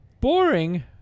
boring